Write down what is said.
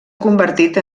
convertit